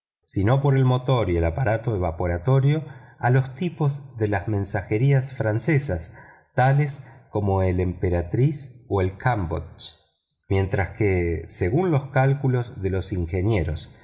no por el motor y el aparato evaporatorio a los tipos de las mensajerías francesas tales como la emperatriz y el cambodge mientras que según los cálculos de los ingenieros